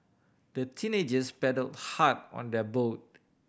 the teenagers paddled hard on their boat